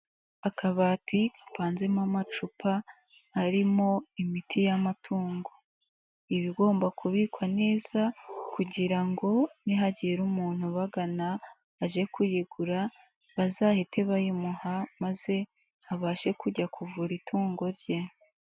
Akabati gapanzemo amacupa arimo imiti y'amatungo, iba igomba kubikwa neza kugira ngo nihagira umuntu ubagana aje kuyigura bazahite bayimuha maze abashe kujya kuvura itungo rye.